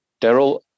daryl